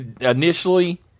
initially